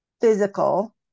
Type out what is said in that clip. physical